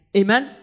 amen